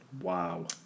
Wow